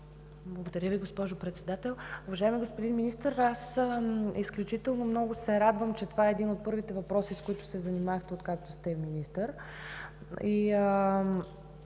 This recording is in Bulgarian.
Благодаря Ви, госпожо Председател. Уважаеми господин Министър, аз изключително много се радвам, че това е един от първите въпроси, с които се занимахте откакто сте министър